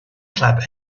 clap